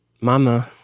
Mama